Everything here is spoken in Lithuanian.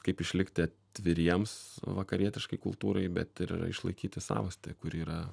kaip išlikti atviriems vakarietiškai kultūrai bet ir išlaikyti savastį kuri yra